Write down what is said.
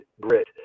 grit